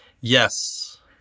Yes